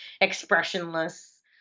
expressionless